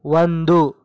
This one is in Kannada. ಒಂದು